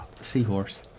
seahorse